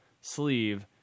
sleeve